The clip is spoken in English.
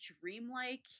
dreamlike